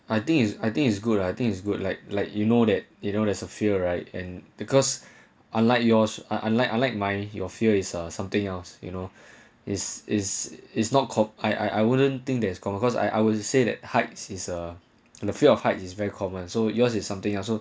I think it's I think it's good I think is good like like you know that you know there's a few right and the girls are like yours are unlike unlike my your fear is something else you know is is is not called I I I wouldn't think that is because I I would say that height is a and the fear of heights is very common so yours is something else also